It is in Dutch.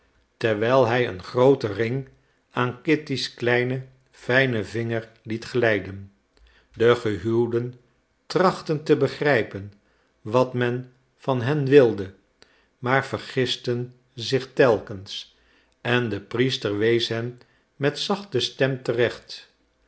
terwijl hij een grooten ring aan kitty's kleinen fijnen vinger liet glijden de gehuwden trachtten te begrijpen wat men van hen wilde maar vergisten zich telkens en de priester wees hen met zachte stem terecht